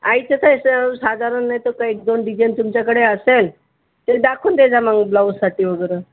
आईचं तर असं साधारण नाही तर का एक दोन डिझाईन तुमच्याकडे असेल ते दाखवून दे जा मग ब्लाऊजसाठी वगैरे